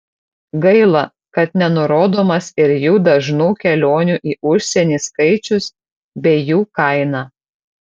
gaila kad nenurodomas ir jų dažnų kelionių į užsienį skaičius bei jų kaina